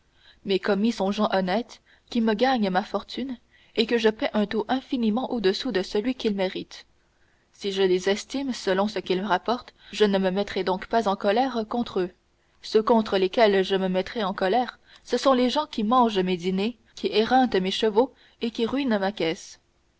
mes commis sont gens honnêtes qui me gagnent ma fortune et que je paie un taux infiniment au-dessous de celui qu'ils méritent si je les estime selon ce qu'ils rapportent je ne me mettrai donc pas en colère contre eux ceux contre lesquels je me mettrai en colère ce sont les gens qui mangent mes dîners qui éreintent mes chevaux et qui ruinent ma caisse